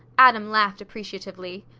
adam laughed appreciatively.